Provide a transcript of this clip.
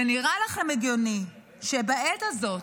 זה נראה לכם הגיוני שבעת הזאת,